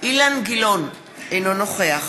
אילן גילאון, אינו נוכח